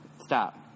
stop